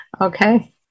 Okay